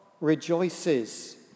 rejoices